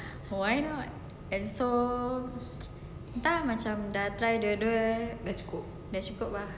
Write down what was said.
why not and so entah macam dah try dua dua dah cukup ah